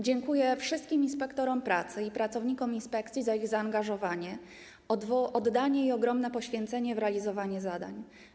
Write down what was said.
Dziękuję wszystkim inspektorom pracy i pracownikom inspekcji za ich zaangażowanie, oddanie i ogromne poświęcenie w realizowaniu zadań.